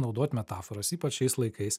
naudot metaforas ypač šiais laikais